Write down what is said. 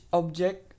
object